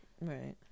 Right